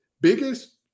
biggest